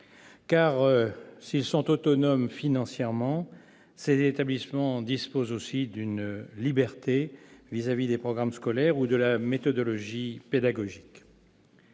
s'ils sont autonomes financièrement, ces établissements disposent aussi d'une liberté dans l'application des programmes scolaires ou de la méthodologie pédagogique.